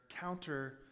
counter